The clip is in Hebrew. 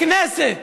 הכנסת